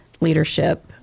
leadership